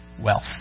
wealth